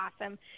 awesome